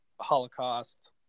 holocaust